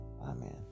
amen